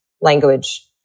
language